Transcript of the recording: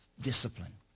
discipline